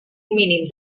mínim